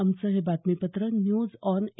आमचं हे बातमीपत्र न्यूज आॅन ए